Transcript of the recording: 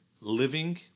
living